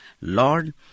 Lord